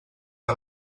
que